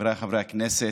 חבריי חברי הכנסת,